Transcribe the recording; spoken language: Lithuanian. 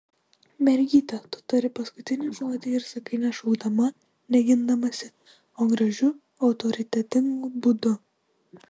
mergyte tu tari paskutinį žodį ir sakai ne šaukdama ne gindamasi o gražiu autoritetingu būdu